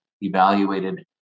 evaluated